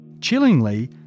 Chillingly